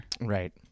Right